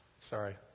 Sorry